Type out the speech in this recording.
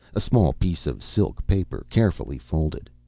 a small piece of silk paper, carefully folded.